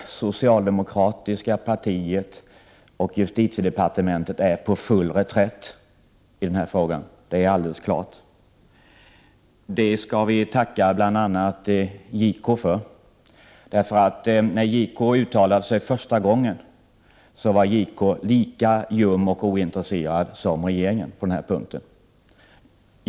Herr talman! Socialdemokratiska partiet och justitiedepartementet är på full reträtt i denna fråga, det är alldeles klart, och vi skall tacka bl.a. JK för det. När JK uttalade sig första gången var JK lika ljum och ointresserad som regeringen på denna punkt.